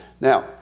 Now